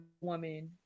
woman